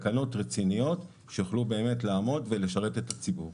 תקנות רציניות שיוכלו באמת לעמוד ולשרת את הציבור.